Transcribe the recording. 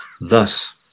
Thus